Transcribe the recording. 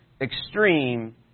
extreme